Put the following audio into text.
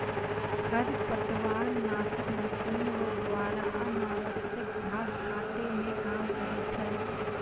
खरपतवार नासक मशीन रो द्वारा अनावश्यक घास काटै मे काम करै छै